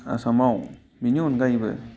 आसामाव बेनि अनगायैबो